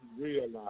realize